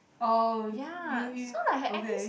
oh you you okay